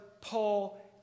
Paul